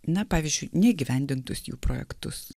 na pavyzdžiui neįgyvendintus jų projektus